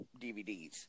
DVDs